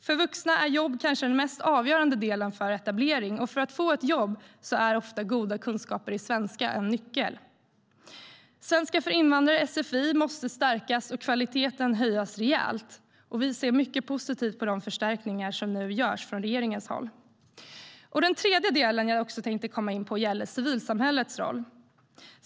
För vuxna är jobb kanske den mest avgörande delen för etablering. För att få ett jobb är goda kunskaper i svenska ofta en nyckel. Svenska för invandrare, sfi, måste stärkas och kvaliteten höjas rejält. Vi ser mycket positivt på de förstärkningar som nu görs från regeringens håll. Den tredje delen som jag tänkte komma in på gäller civilsamhällets roll.